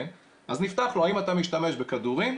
אז נפתח לו: האם אתה משתמש בכדורים,